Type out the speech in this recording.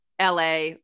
LA